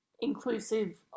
inclusive